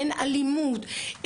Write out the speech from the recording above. אין אלימות,